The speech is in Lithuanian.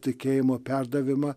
tikėjimo perdavimą